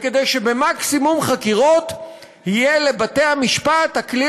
וכדי שבמקסימום חקירות יהיה לבתי-המשפט הכלי